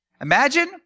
Imagine